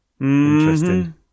Interesting